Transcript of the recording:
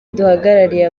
duhagarariye